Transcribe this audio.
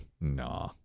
Nah